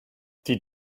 die